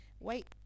wait